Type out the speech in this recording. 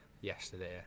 yesterday